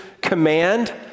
command